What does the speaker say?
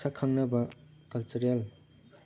ꯁꯛ ꯈꯪꯅꯕ ꯀꯜꯆꯔꯦꯜ